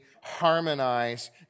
harmonize